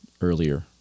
earlier